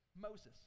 Moses